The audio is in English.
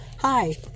Hi